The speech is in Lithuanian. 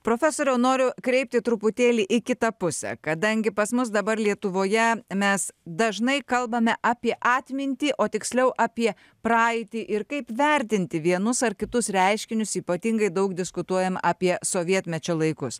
profesoriau noriu kreipti truputėlį į kitą pusę kadangi pas mus dabar lietuvoje mes dažnai kalbame apie atmintį o tiksliau apie praeitį ir kaip vertinti vienus ar kitus reiškinius ypatingai daug diskutuojam apie sovietmečio laikus